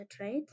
right